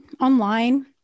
online